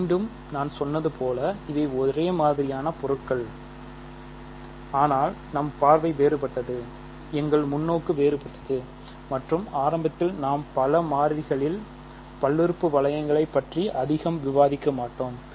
மீண்டும் நான் சொன்னது போல இவை ஒரே மாதிரியான பொருள்கள் ஆனால் நம் பார்வை வேறுபட்டது எங்கள் முன்னோக்கு வேறுபட்டது மற்றும் ஆரம்பத்தில் நாம் பல மாறிகளில் பல்லுறுப்புறுப்பு வளையங்களைப் பற்றி அதிகம் விவாதிக்க மாட்டோம்